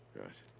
Right